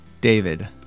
David